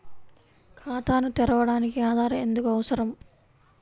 ఖాతాను తెరవడానికి ఆధార్ ఎందుకు అవసరం?